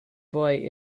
boy